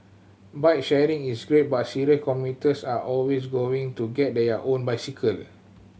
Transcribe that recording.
bike sharing is great but serious commuters are always going to get their own bicycle